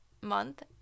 month